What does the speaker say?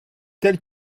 tel